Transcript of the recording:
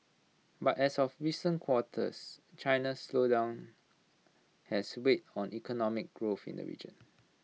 but as of recent quarters China's slowdown has weighed on economic growth in the region